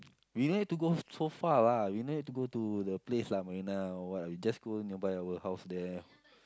we no need to go so far lah we no need to go the place lah Marina or what we just go nearby our house there